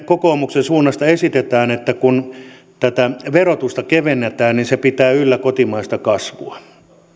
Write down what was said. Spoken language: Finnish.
kokoomuksen suunnasta esitetään että kun tätä verotusta kevennetään niin se pitää yllä kotimaista kasvua